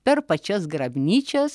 per pačias grabnyčias